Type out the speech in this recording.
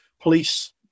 police